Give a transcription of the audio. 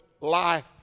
life